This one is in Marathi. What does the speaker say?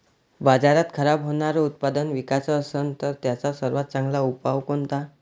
बाजारात खराब होनारं उत्पादन विकाच असन तर त्याचा सर्वात चांगला उपाव कोनता?